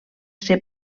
ser